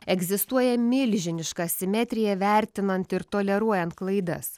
egzistuoja milžiniška asimetrija vertinant ir toleruojant klaidas